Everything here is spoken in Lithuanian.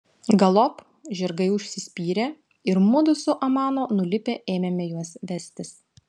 galop žirgai užsispyrė ir mudu su amano nulipę ėmėme juos vestis